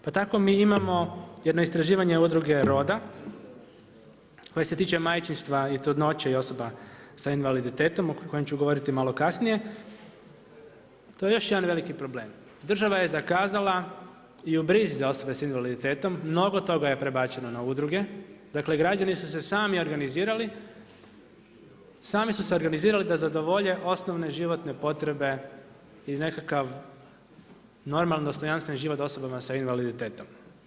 Pa tako mi imamo jedno istraživanje Udruge Roda koje se tiče majčinstva i trudnoće i osoba s invaliditetom o kojem ću govoriti malo kasnije, to je još jedan veliki problem, država je zakazala i u brizi ta osobe s invaliditetom, mnogo toga je prebačeno na udruge, dakle građani su se sami organizirali da zadovolje osnovne životne potrebe i nekakav normalan dostojanstven život osobama s invaliditetom.